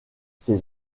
ses